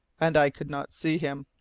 and i could not see him.